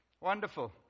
Wonderful